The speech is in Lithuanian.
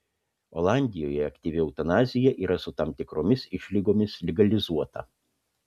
olandijoje aktyvi eutanazija yra su tam tikromis išlygomis legalizuota